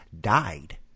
died